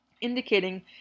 indicating